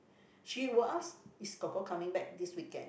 she will ask is kor kor coming back this weekend